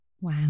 Wow